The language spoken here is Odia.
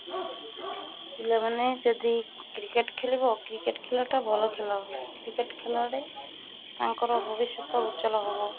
ପିଲାମାନେ ଯଦି କ୍ରିକେଟ୍ ଖେଲିବ କ୍ରିକେଟ୍ ଖେଳଟା ଭଲ ଖେଲ କ୍ରିକେଟ୍ ଖେଳରେ ତାଙ୍କର ଭବିଷ୍ୟତ ଉଜ୍ଜଲ ହେବ